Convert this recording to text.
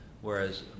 whereas